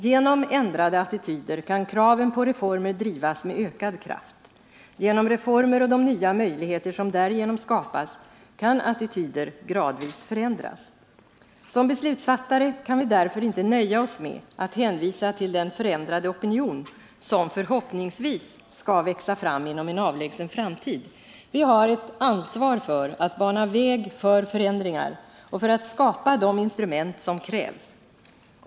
Genom ändrade attityder kan kraven på reformer drivas med ökad kraft. Genom reformer och de nya möjligheter som därigenom skapas kan attityder gradvis förändras. Som beslutsfattare kan vi därför inte nöja oss med att hänvisa till den förändrade opinion som förhoppningsvis skall växa fram inom en avlägsen framtid. Vi har ett ansvar för att bana väg för förändringar och för att skapa de instrument som krävs.